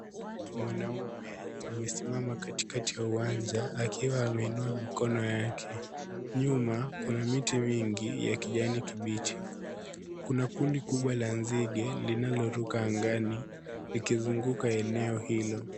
Mwanaume amesimama katikati ya uwanja akiwa ameinua mikono yake. Nyuma kuna miti mingi ya kijani kibichi. Kuna kundi kubwa la nzige linaloruka angani likizunguka eneo hilo.